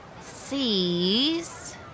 sees